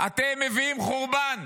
אתם מביאים חורבן.